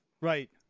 right